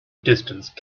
distance